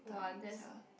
!wah! that's